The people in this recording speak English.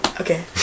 Okay